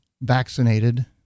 vaccinated